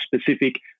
specific